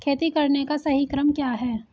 खेती करने का सही क्रम क्या है?